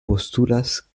postulas